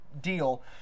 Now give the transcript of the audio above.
deal